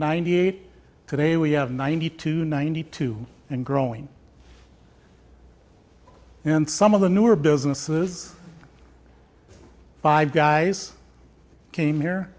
ninety eight today we have ninety two ninety two and growing and some of the newer businesses five guys came here